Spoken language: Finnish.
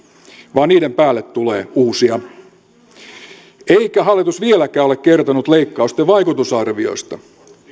vaan niiden päälle tulee uusia eikä hallitus vieläkään ole kertonut leikkausten vaikutusarvioista